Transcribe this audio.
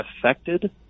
affected